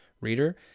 reader